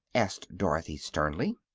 asked dorothy, sternly.